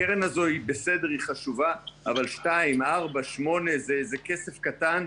הקרן הזאת חשובה אבל 2, 4, 8 זה כסף קטן.